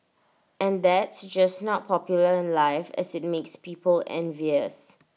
and that's just not popular in life as IT makes people envious